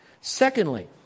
Secondly